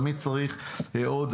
תמיד צריך עוד,